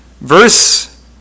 verse